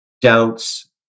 doubts